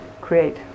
create